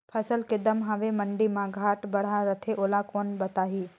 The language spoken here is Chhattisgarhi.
फसल के दम हवे मंडी मा घाट बढ़ा रथे ओला कोन बताही?